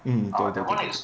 mm 对对